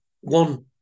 one